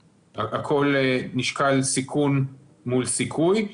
נשקל הסיכון מול הסיכוי.